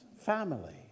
family